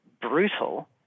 brutal